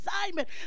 assignment